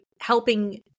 helping